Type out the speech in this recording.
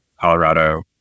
Colorado